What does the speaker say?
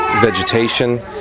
vegetation